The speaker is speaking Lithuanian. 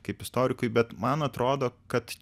kaip istorikui bet man atrodo kad